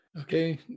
Okay